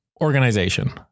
organization